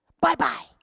Bye-bye